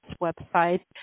website